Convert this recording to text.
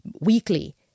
weekly